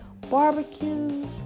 Barbecues